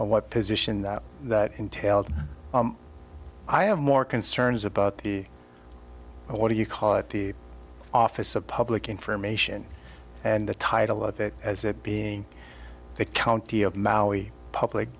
the what position that that entails i have more concerns about the what do you call it the office of public information and the title of it as it being the county of maui public